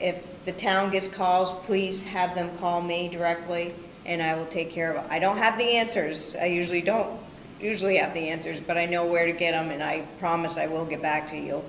if the town gets calls please have them call me directly and i will take care of i don't have the answers i usually don't usually have the answers but i know where to get them and i promise i will get back to you